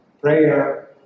Prayer